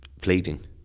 pleading